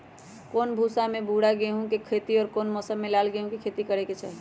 कौन मौसम में भूरा गेहूं के खेती और कौन मौसम मे लाल गेंहू के खेती करे के चाहि?